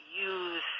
use